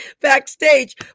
backstage